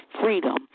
Freedom